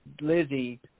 lizzie